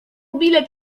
bilet